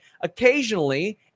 occasionally